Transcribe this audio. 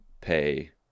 pay